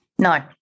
No